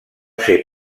ser